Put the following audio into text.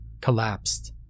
collapsed